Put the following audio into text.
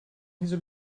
his